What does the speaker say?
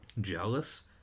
jealous